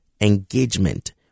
engagement